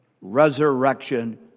resurrection